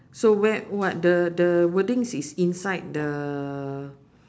so where what the the wordings is inside the